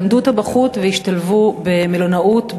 למדו טבחות והשתלבו במלונאות,